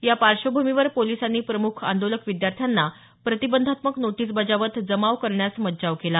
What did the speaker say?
या पार्श्वभूमीवर पोलिसांनी प्रमुख आंदोलक विद्यार्थ्यांना प्रतिबंधात्मक नोटीस बजावत जमाव करण्यास मज्जाव केला